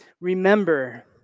remember